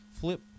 Flip